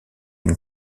une